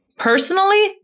Personally